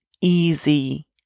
easy